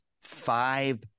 five